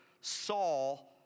Saul